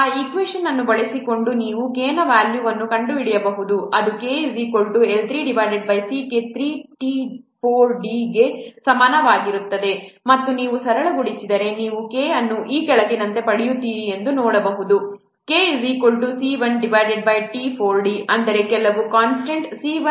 ಆ ಈಕ್ವೇಷನ್ ಅನ್ನು ಬಳಸಿಕೊಂಡು ನೀವು K ನ ವ್ಯಾಲ್ಯೂವನ್ನು ಕಂಡುಹಿಡಿಯಬಹುದು ಅದು KL3 Ck 3t4d ಗೆ ಸಮಾನವಾಗಿರುತ್ತದೆ ಮತ್ತು ನೀವು ಸರಳಗೊಳಿಸಿದರೆ ನೀವು K ಅನ್ನು ಈ ಕೆಳಗಿನಂತೆ ಪಡೆಯುತ್ತೀರಿ ಎಂದು ನೋಡಬಹುದು KC1t4d ಅಂದರೆ ಕೆಲವು ಕಾನ್ಸ್ಟಂಟ್ C1 t4